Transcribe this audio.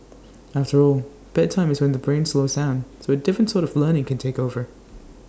after all bedtime is when the brain slows down so A different sort of learning can take over